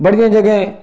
बड़ियें जगह